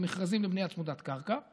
הם מכרזים בבנייה צמודת קרקע,